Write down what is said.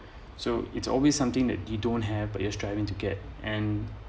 so it's always something that you don't have but you're striving to get and